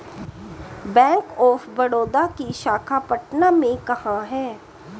Bank of Baroda की शाखा पटना में कहाँ है?